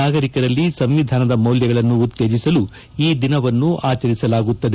ನಾಗರಿಕರಲ್ಲಿ ಸಂವಿಧಾನದ ಮೌಲ್ತಗಳನ್ನು ಉತ್ನೇಜಿಸಲು ಈ ದಿನವನ್ನು ಆಚರಿಸಲಾಗುತ್ತದೆ